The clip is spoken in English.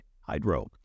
Hydro